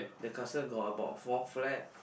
the castle got about four flags